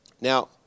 Now